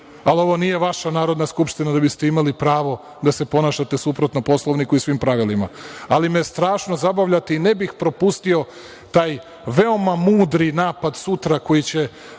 ali ovo nije vaša Narodna skupština da biste imali pravo da se ponašate suprotno Poslovniku i svim pravilima, ali me strašno zabavljate i ne bih propustio taj veoma mudri napad sutra koji će